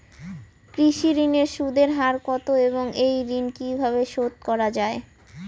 কৃষি ঋণের সুদের হার কত এবং এই ঋণ কীভাবে শোধ করা য়ায়?